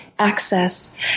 access